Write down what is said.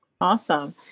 Awesome